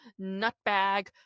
nutbag